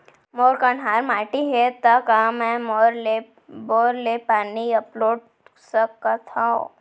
मोर कन्हार माटी हे, त का मैं बोर ले पानी अपलोड सकथव?